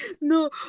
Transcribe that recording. No